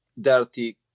dirty